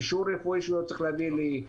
אישור רפואי שהוא צריך להביא לי?